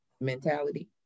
mentality